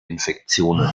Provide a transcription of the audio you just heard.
infektionen